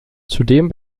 zudem